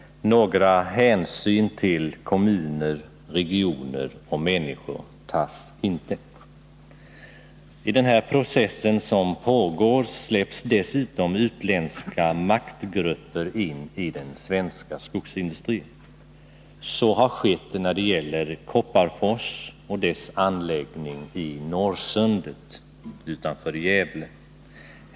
Några hänsyn till kommuner, regioner och människor tas inte. I den här processen som pågår släpps dessutom utländska maktgrupper in i den svenska skogsindustrin. Så har skett när det gäller Kopparfors och dess anläggning i Norrsundet utanför Gävle.